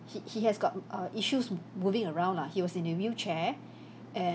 he he has got uh issues moving around lah he was in a wheelchair and